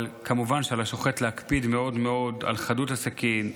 כמובן שעל השוחט להקפיד מאוד מאוד על חדות הסכין,